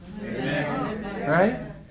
Right